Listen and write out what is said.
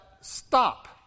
stop